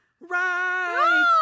right